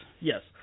Yes